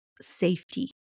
safety